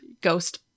ghost